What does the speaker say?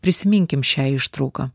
prisiminkim šią ištrauką